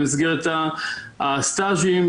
במסגרת הסטאז'ים.